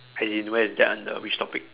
as in where is that under which topic